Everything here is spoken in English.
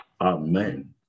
Amen